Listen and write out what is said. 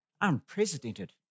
Unprecedented